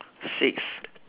six